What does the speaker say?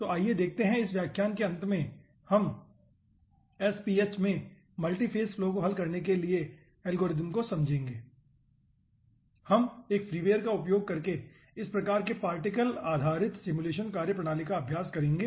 तो आइए देखते हैं इस व्याख्यान के अंत में हम SPH में मल्टीफ़ेज़ फ्लो को हल करने के लिए एल्गोरिदम को समझेंगे हम एक फ्रीवेयर का उपयोग करके इस प्रकार के पार्टिकल आधारित सिमुलेशन कार्यप्रणाली का अभ्यास करेंगे